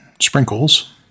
sprinkles